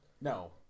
No